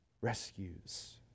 rescues